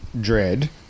Dread